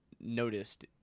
noticed